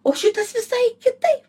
o šitas visai kitaip